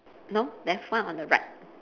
no there's one on the right